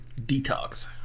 Detox